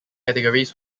categories